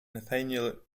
nathaniel